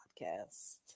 podcast